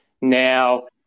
now